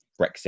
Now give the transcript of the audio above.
Brexit